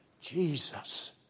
Jesus